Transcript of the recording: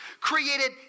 created